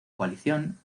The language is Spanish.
coalición